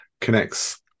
connects